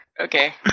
Okay